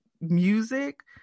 music